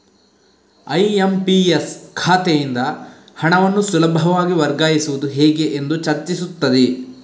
IMPS ಖಾತೆಯಿಂದ ಹಣವನ್ನು ಸುಲಭವಾಗಿ ವರ್ಗಾಯಿಸುವುದು ಹೇಗೆ ಎಂದು ಚರ್ಚಿಸುತ್ತದೆ